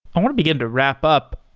i want to begin to wrap up.